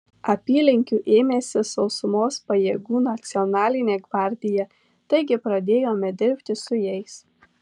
apylinkių ėmėsi sausumos pajėgų nacionalinė gvardija taigi pradėjome dirbti su jais